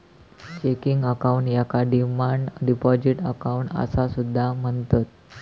checking account याका demand deposit account असा सुद्धा म्हणतत